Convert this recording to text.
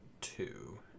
two